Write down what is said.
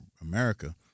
America